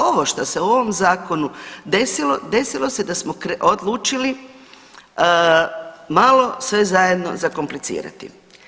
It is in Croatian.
Ovo što se u ovom Zakonu desilo, desilo se da smo odlučili malo sve zajedno zakomplicirati.